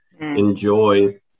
enjoy